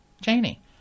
Janie